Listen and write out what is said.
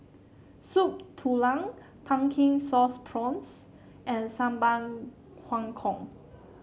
Soup Tulang Pumpkin Sauce Prawns and Sambal Kangkong